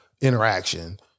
interaction